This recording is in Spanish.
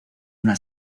una